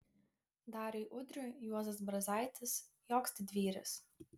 dariui udriui juozas brazaitis joks didvyris